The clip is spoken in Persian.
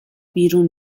بیرون